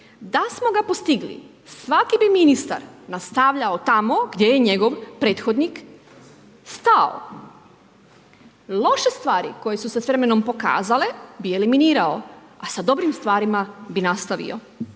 Da smo ga postigli svaki bi ministar nastavljao tamo gdje je njegov prethodnik stao. Loše stvari koje su se s vremenom pokazale bi eliminirao, a sa dobrim stvarima bi nastavio.